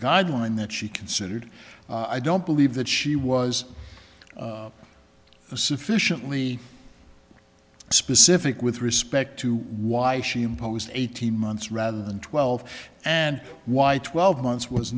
guideline that she considered i don't believe that she was sufficiently specific with respect to why she imposed eighteen months rather than twelve and why twelve months was